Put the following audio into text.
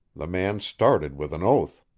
the man started with an oath.